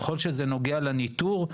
ככל שזה נוגע לניתור,